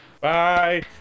Bye